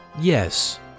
Yes